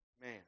man